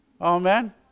amen